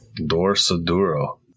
Dorsoduro